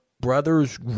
brothers